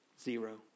Zero